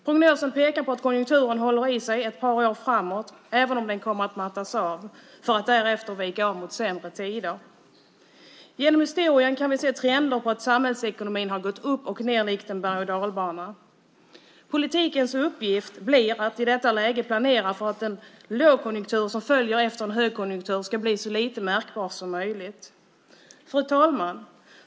Prognosen pekar på att konjunkturen håller i sig ett par år framåt även om den kommer att mattas av för att därefter vika av mot sämre tider. Genom historien kan vi se trender att samhällsekonomin har gått upp och ned likt en bergochdalbana. Politikens uppgift blir att i detta läge planera för att den lågkonjunktur som följer efter en högkonjunktur ska bli så lite märkbar som möjligt. Fru talman!